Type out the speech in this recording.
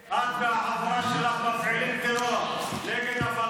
את והחבורה שלך מפעילים טרור נגד הפלסטינים.